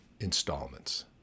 installments